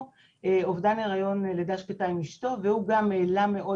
אובדן היריון ולידה שקטה עם אשתו והוא גם העלה מאוד